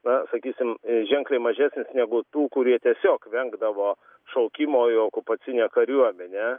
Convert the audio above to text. na sakysim ženkliai mažesnis negu tų kurie tiesiog vengdavo šaukimo į okupacinę kariuomenę